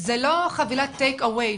זה לא חבילת טייק-אוויי,